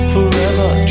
Forever